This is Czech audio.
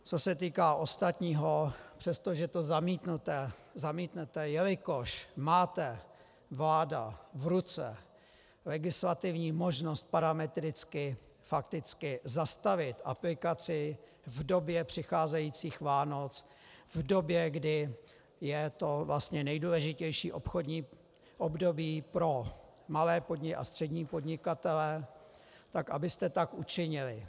Co se týká ostatního, přestože je to zamítnuté, jelikož máte, vláda, v ruce legislativní možnost parametricky, fakticky zastavit aplikaci v době přicházejících Vánoc, v době, kdy je to nejdůležitější obchodní období pro malé a střední podnikatele, tak abyste tak učinili.